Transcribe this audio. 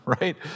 right